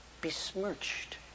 besmirched